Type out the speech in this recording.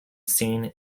seen